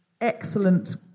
excellent